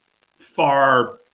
far